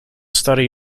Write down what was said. study